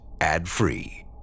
ad-free